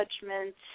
judgments